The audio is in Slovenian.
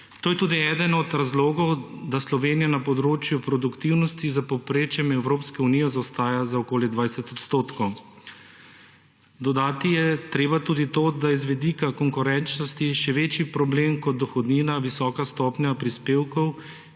To je tudi eden od razlogov, da Slovenija na področju produktivnosti za povprečjem Evropske unije zaostaja za okoli 20 odstotkov. Dodati je treba tudi to, da je z vidika konkurenčnosti še večji problem kot dohodnina visoka stopnja prispevkov